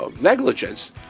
negligence